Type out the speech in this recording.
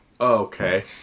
okay